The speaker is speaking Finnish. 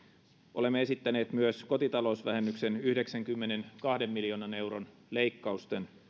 olemme esittäneet myös kotitalousvähennyksen yhdeksänkymmenenkahden miljoonan euron leikkausten